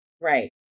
Right